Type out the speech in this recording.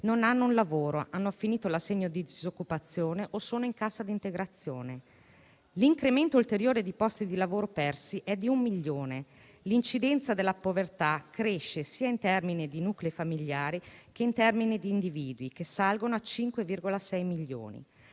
non hanno un lavoro, hanno finito l'assegno di disoccupazione o sono in cassa integrazione. L'incremento ulteriore di posti di lavoro persi è di un milione, l'incidenza della povertà cresce, sia in termini di nuclei familiari, che in termini di individui, che salgono a 5,6 milioni.